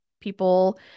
People